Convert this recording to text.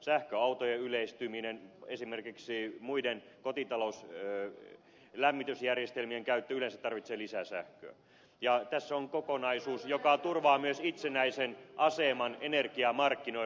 sähköautojen yleistyminen esimerkiksi muiden kotitalouslämmitysjärjestelmien käyttö yleensä tarvitsevat lisää sähköä ja tässä on kokonaisuus joka turvaa myös itsenäisen aseman energiamarkkinoilla